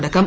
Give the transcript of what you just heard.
തുടക്കം